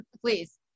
please